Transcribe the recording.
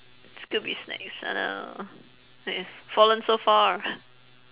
scooby snacks oh no I've fallen so far